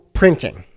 printing